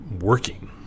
working